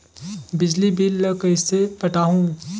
बिजली बिल ल कइसे पटाहूं?